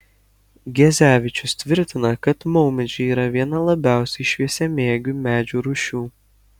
gezevičius tvirtina kad maumedžiai yra viena labiausiai šviesamėgių medžių rūšių